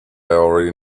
already